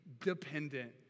dependent